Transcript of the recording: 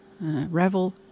Revel